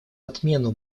отмену